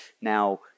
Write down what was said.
Now